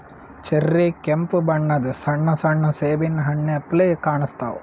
cherry ಕೆಂಪ್ ಬಣ್ಣದ್ ಸಣ್ಣ ಸಣ್ಣು ಸೇಬಿನ್ ಹಣ್ಣ್ ಅಪ್ಲೆ ಕಾಣಸ್ತಾವ್